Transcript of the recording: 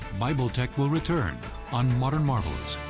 bible tech will return on modern marvels.